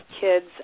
kids